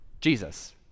jesus